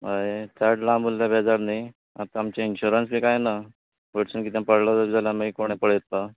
हय चड लांब उरल्यार बेजार नी आतां आमचे इंशुरंसूय कांय ना वयरसून कितेंय पडले जाल्यार मागीर कोण पळयतलो